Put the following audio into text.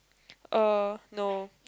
uh no